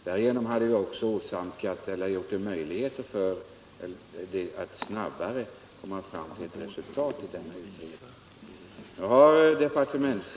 Därigenom har vi också skapat möjligheter att snabbare komma fram till ett resultat i denna utredning.